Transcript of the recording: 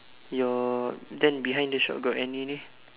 your then behind the shop got any name